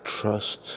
Trust